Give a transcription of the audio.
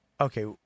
Okay